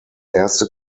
erste